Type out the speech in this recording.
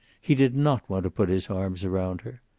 he did not want to put his arms around her.